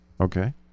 okay